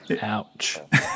Ouch